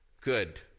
good